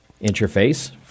interface